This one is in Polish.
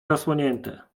zasłonięte